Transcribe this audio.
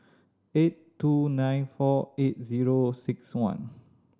eight two nine four eight zero six one